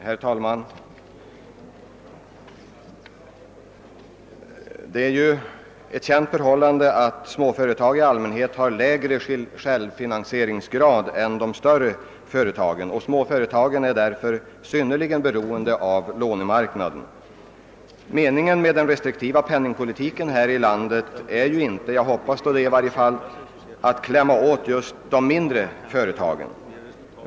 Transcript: Herr talman! Det är ju ett känt förhållande att småföretag i allmänhet har en lägre självfinansieringsgrad än större företag. Småföretagen är därför synnerligen beroende av lånemarknaden. Meningen med den restriktiva penningpolitiken här i landet är ju inte — jag hoppas det i varje fall — att klämma åt de mindre företagen.